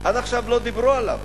עכשיו לא דיברו עליו.